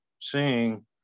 seeing